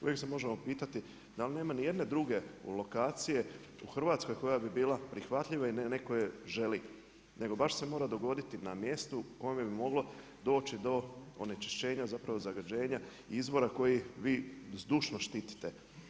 Uvijek se možemo pitati da li nema nijedne druge lokacije u Hrvatskoj koja bi bila prihvatljiva i neko je želi nego baš se mora dogoditi na mjestu ovime bi moglo doći do onečišćenja zapravo zagađenja izvora koji vi zdušno štitite.